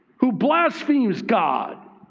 who blasphemes god